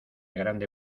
grande